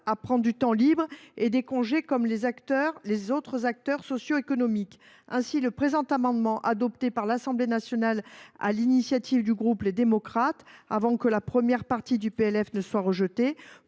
à prendre du temps libre et des congés comme les autres acteurs socioéconomiques. Ainsi, le dispositif de cet amendement, adopté par l’Assemblée nationale sur l’initiative du groupe Les Démocrates, avant que la première partie du projet